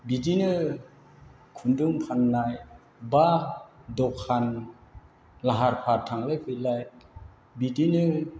बिदिनो खुन्दुं फाननाय एबा दखान लाहार फाहार थांलाय फैलाय बिदिनो